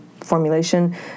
formulation